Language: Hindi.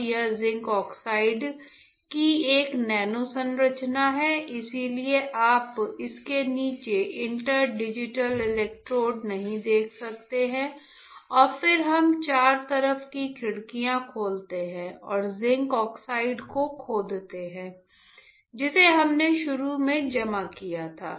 अब यह जिंक ऑक्साइड की एक नैनो संरचना है इसलिए आप इसके नीचे इंटर डिजिटल इलेक्ट्रोड नहीं देख सकते हैं और फिर हम चार तरफ की खिड़कियां खोलते हैं और जिंक ऑक्साइड को खोदते हैं जिसे हमने शुरू में जमा किया था